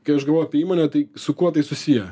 kai aš galvoju apie įmonę tai su kuo tai susiję